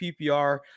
ppr